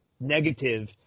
negative